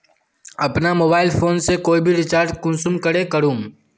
अपना mobile phone से कोई भी रिचार्ज कुंसम करे करूम?